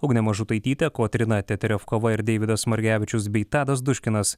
ugnė mažutaitytė kotryna teterevkova ir deividas margevičius bei tadas duškinas